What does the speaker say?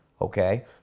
okay